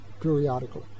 periodically